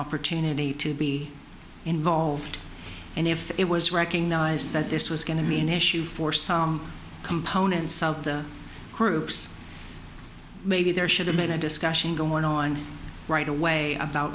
opportunity to be involved and if it was recognized that this was going to be an issue for some components of the groups maybe there should have been a discussion going on right away about